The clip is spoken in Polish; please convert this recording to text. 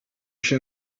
się